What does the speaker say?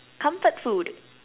comfort food